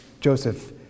Joseph